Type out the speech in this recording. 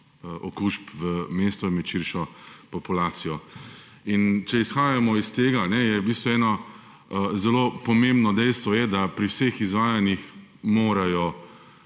okužb v mesto med širšo populacijo. Če izhajamo iz tega, je v bistvu eno zelo pomembno dejstvo, da pri vseh izvajanjih morajo